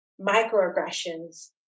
microaggressions